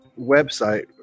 website